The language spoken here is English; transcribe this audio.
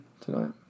Tonight